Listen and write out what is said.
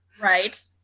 Right